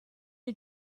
you